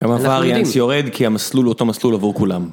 ומפה אריאנס יורד כי המסלול הוא אותו מסלול עבור כולם